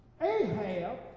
Ahab